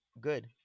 good